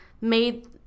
made